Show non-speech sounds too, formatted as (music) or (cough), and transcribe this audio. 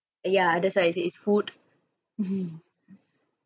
ya that's why I say is food (laughs)